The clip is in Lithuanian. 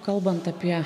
kalbant apie